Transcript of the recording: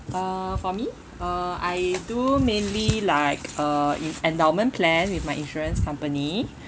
uh for me uh I do mainly like uh in~ endowment plan with my insurance company